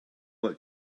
what